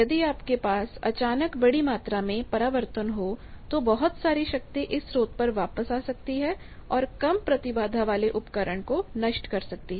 यदि आपके पास अचानक बड़ी मात्रा में परावर्तन हो तो बहुत सारी शक्ति इस स्रोत पर वापस आ सकती है और कम प्रतिबाधा वाले उपकरण को नष्ट कर सकती है